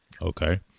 Okay